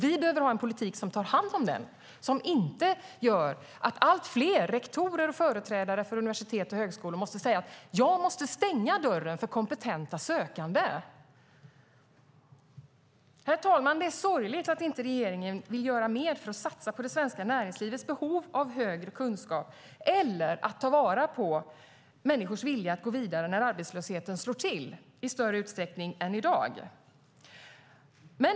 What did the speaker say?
Vi behöver ha en politik som tar hand om den och som inte gör att allt fler rektorer och företrädare för universitet och högskolor måste säga: Jag måste stänga dörren för kompetenta sökande. Herr talman! Det är sorgligt att regeringen inte vill göra mer för att satsa på det svenska näringslivets behov av högre kunskap eller på att ta vara på människors vilja att gå vidare när arbetslösheten slår till i större utsträckning än i dag.